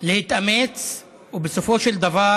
להתאמץ, ובסופו של דבר